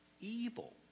Evil